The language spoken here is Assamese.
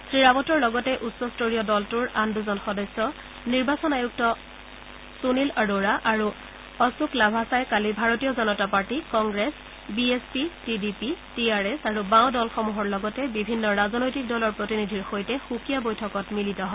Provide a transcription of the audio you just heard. শ্ৰী ৰাৱটৰ লগতে উচ্চস্তৰীয় দলটোৰ আন দুজন সদস্য নিৰ্বাচন আয়ুক্ত সুনীল অ'ৰ'ৰা আৰু অশোক লাভাছাই কালি Bharatiya Janata party Congress B S P T D P T R S আৰু বাও দলসমূহৰ লগতে বিভিন্ন ৰাজনৈতিক দলৰ প্ৰতিনিধিৰ সৈতে সুকীয়া বৈঠকত মিলিত হয়